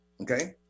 okay